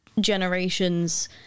generations